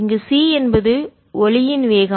இங்கு c என்பது ஒளியின் வேகம்